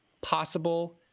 possible